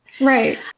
Right